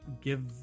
give